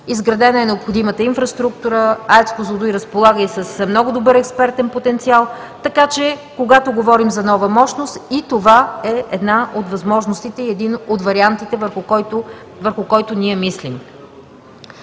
Изградена е необходимата инфраструктура, АЕЦ „Козлодуй“ разполага и с много добър експертен потенциал, така че, когато говорим за нова мощност и това е една от възможностите и един от вариантите, върху които ние мислим.